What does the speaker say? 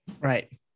Right